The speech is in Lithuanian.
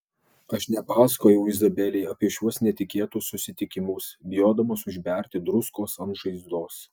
aš nepasakojau izabelei apie šiuos netikėtus susitikimus bijodamas užberti druskos ant žaizdos